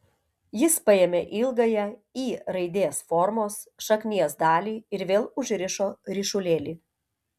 jis paėmė ilgąją y raidės formos šaknies dalį ir vėl užrišo ryšulėlį